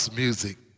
music